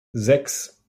sechs